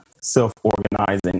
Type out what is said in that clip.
self-organizing